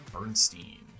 Bernstein